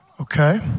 okay